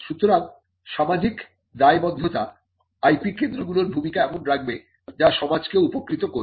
সুতরাং সামাজিক দায়বদ্ধতা IP কেন্দ্রগুলোর ভূমিকা এমন রাখবে যা সমাজকেও উপকৃত করবে